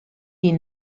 die